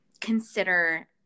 consider